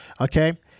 okay